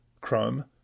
Chrome